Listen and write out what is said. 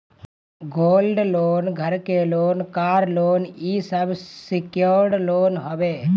gold loan, घर के loan, car loan इ सब सिक्योर्ड लोन हवे